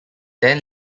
then